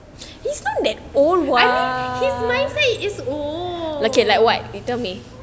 I mean his mindset is old